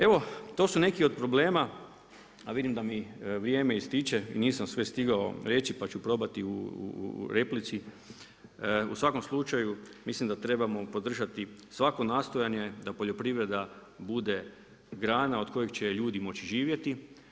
Evo, to su neki od problema, a vidim da mi vrijeme ističe i nisam sve stigao reći, pa ću probati u replici, u svakom slučaju mislim da trebamo podržati svako nastojanje da poljoprivreda bude grana od koje će ljudi moći živjeti.